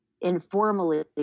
informally